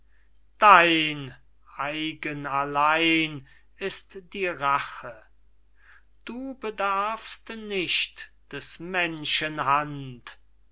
dein eigen allein ist die rache du bedarfst nicht des menschen hand